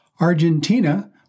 Argentina